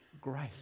Grace